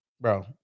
bro